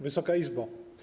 Wysoka Izbo!